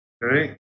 Right